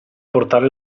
portare